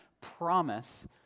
promise